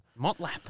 Motlap